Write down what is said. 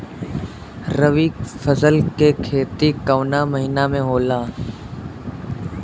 रवि फसल के खेती कवना महीना में होला?